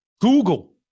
Google